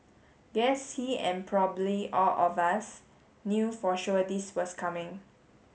guess he and probably all of us knew for sure this was coming